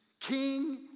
King